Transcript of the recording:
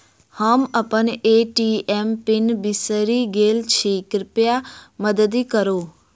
हम अप्पन ATM PIN बिसरि गेल छी कृपया मददि करू